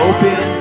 Open